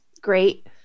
great